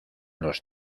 los